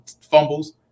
fumbles